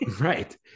right